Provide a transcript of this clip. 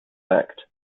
act